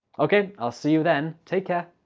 okay i'll see you then take care!